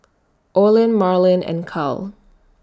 Olen Marlyn and Kyle